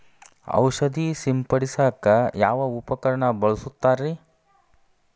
ಔಷಧಿ ಸಿಂಪಡಿಸಕ ಯಾವ ಉಪಕರಣ ಬಳಸುತ್ತಾರಿ?